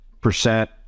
percent